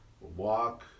walk